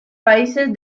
países